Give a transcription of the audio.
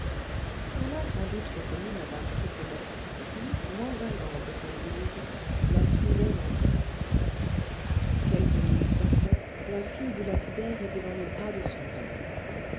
on a sans doute reconnu mme pipelet qui moins ingambe que louise la suivait lentement quelques minutes après la fille du lapidaire était dans les bras de son père